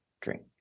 drink